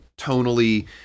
tonally